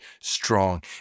strong